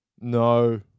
No